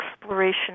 exploration